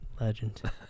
Legend